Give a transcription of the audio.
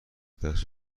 دست